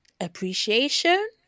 appreciation